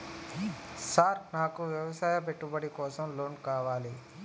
Sir నాకు వ్యవసాయ పెట్టుబడి కోసం లోన్ కావాలి?